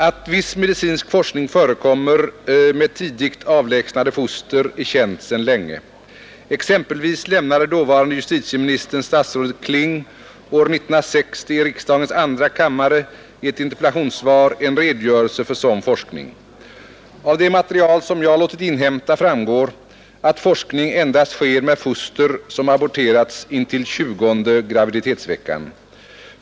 Att viss medicinsk forskning förekommer med tidigt avlägsnade foster är känt sedan länge. Exempelvis lämnade dåvarande justitie ministern, statsrådet Kling, år 1960 i riksdagens andra kammare i ett interpellationssvar en redogörelse för sådan forskning. Av det material, som jag låtit inhämta, framgår att forskning endast sker med foster som aborterats intill 20:e graviditetsveckan.